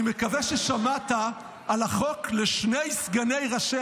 אני מקווה ששמעת על החוק לשני סגני ראשי